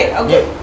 okay